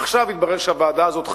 עכשיו התברר שהוועדה הזאת חסרה,